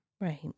Right